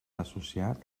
associat